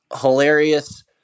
hilarious